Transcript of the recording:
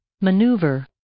Maneuver